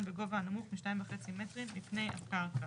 בגובה הנמוך מ- 2.5 מטרים מפני הקרקע.